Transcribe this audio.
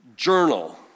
journal